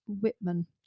Whitman